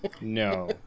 no